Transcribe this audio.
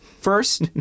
First